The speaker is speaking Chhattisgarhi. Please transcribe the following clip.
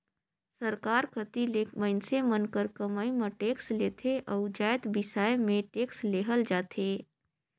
सरकार कती ले मइनसे मन कर कमई म टेक्स लेथे अउ जाएत बिसाए में टेक्स लेहल जाथे